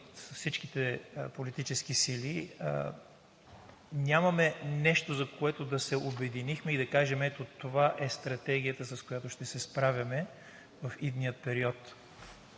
всичките политически сили – че нямахме нещо, за което да се обединим и да кажем: ето това е стратегията, с която ще се справяме в идния период.